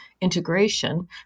integration